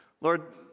lord